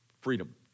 freedom